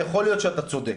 יכול להיות שאתה צודק.